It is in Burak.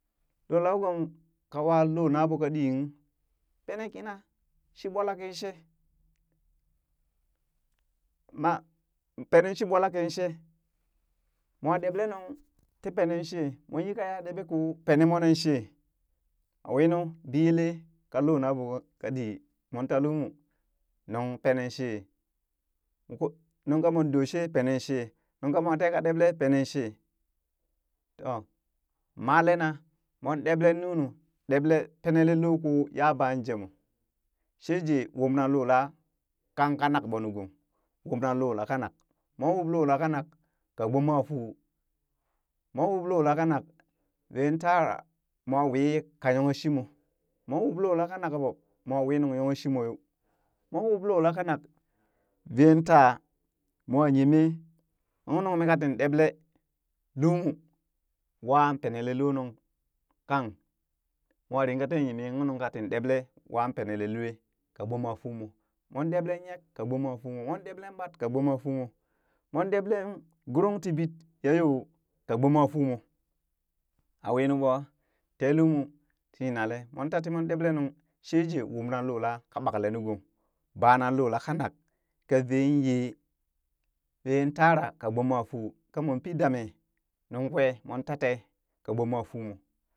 Loo lawee gom ka wa loona ɓoo ka ɗii kung pene kina shi ɓoolak kin she ma pene shi ɓolak kin she moo ɗeɓlee nung tii pene shee moo yika yaa ɗeɓee koo pene monan she a winu biyele ka loo naɓoo ka dii moon ta lumo nung penen shee nunka mon doshee penenshee nunka mwa teka ɗeɓlee pene she to, maleena moon deɓlee nunu deɓlee penelee loh koo ya ban jee moo shejee wub nan loolaa kanka nakɓoo nu gong wubna loo la ka nak mon wubloo la kanak ka gboma fuu, moon wublookanak vee taraa mwa wii ka yonghe shi moo, moon wub loola kanak ɓoo mwa wi nung yongheshimoo yoo. moon wub lola kanak vee taa moo yemii ung nung mii katin ɗeɓle lumu waa penelee loo nuŋ kank moo ringa tee yemee, un nungka tin ɗeɓlee wa penele loe ka gbomafuumo mon deɓlen yek ka gbomafuumo, moon ɗeɓlen ɓat ka gboma fuu moo moon deɓlee gworong bit ya yoo ka gboma fuu moo a winu ɓwa tee lumu ti yinalee moon ta ti mon ɗeɓlee nuŋ sheje a wubnan loo laka ɓaklee nuu gong, bana loo laka nak ka vee yee veen taraa ka gbomafuu kamoon pi damee nungkwe moon tatee kaa gboma fuu mo.